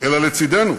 אלא לצדנו.